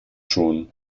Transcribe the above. schon